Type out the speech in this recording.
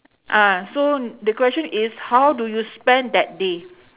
uh so the question is how do you spend that day